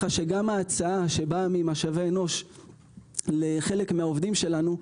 גם ההצעה שבאה ממשאבי אנוש לחלק מהעובדים שלנו,